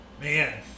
man